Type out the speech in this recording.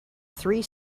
three